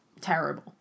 terrible